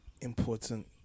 important